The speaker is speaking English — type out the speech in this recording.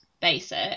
basic